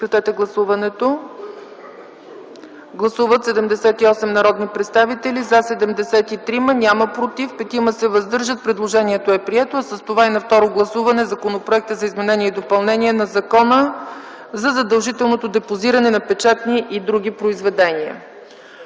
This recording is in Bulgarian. комисията. Гласували 78 народни представители: за 73, против няма, въздържали се 5. Предложението е прието, а с това и на второ гласуване Законопроектът за изменение и допълнение на Закона за задължителното депозиране на печатни и други произведения.